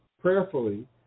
prayerfully